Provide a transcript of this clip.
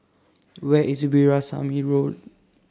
Where IS Veerasamy Road